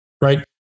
right